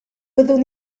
byddwn